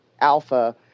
Alpha